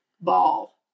Ball